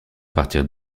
partir